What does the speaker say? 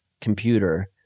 computer